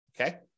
okay